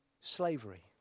slavery